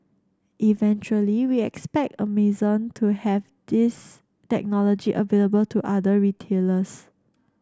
eventually we expect Amazon to have this technology available to other retailers